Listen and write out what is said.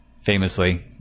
famously